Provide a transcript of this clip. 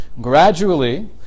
Gradually